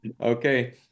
Okay